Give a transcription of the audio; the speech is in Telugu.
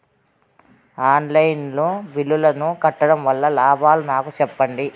ఆన్ లైను బిల్లుల ను కట్టడం వల్ల లాభాలు నాకు సెప్పండి?